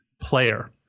player